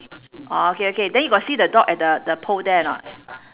orh okay okay then you got see the dog at the at the pole there or not